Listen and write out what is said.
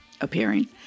appearing